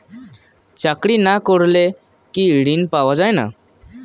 চাকরি না করলে কি ঋণ পাওয়া যায় না?